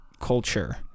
culture